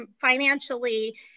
financially